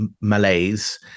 malaise